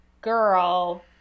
girl